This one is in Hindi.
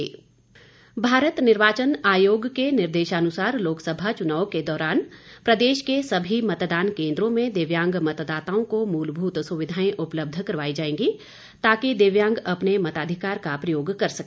दिव्यांग मतदाता भारत निर्वाचन आयोग के निर्देशानुसार लोकसभा चुनाव के दौरान प्रदेश के सभी मतदान केन्द्रों में दिव्यांग मतदाताओं को मूलभूत सुविधाएं उपलब्ध करवाई जाएंगी ताकि दिव्यांग अपने मताधिकार का प्रयोग कर सके